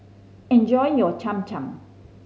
enjoy your Cham Cham